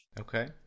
Okay